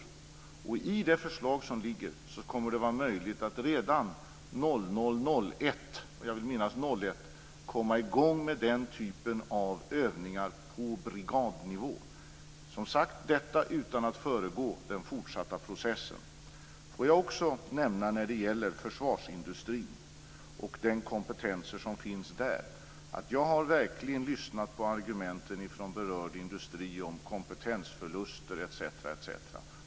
Genom det liggande förslaget kommer det att vara möjligt att redan 2001 komma i gång med den typen av övningar på brigadnivå - som sagt, detta utan att föregå den fortsatta processen. När det gäller försvarsindustrin och den kompetens som finns där har jag verkligen lyssnat på argumenten från berörd industri om kompetensförluster etc.